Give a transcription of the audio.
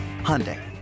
Hyundai